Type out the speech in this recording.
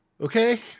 okay